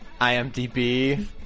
imdb